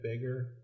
bigger